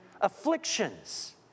afflictions